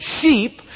sheep